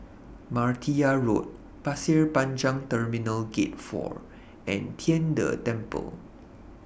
Martia Road Pasir Panjang Terminal Gate four and Tian De Temple